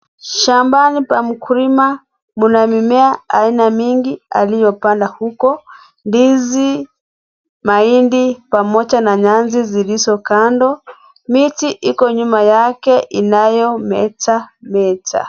Shambani pa mkulima mna mimea aina mingi aliyopanda huko. Ndizi , mahindi pamoja na nyasi zilizo kando. Miti iko nyuma yake inayometameta.